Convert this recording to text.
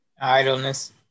Idleness